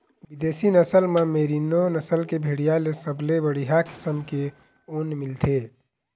बिदेशी नसल म मेरीनो नसल के भेड़िया ले सबले बड़िहा किसम के ऊन मिलथे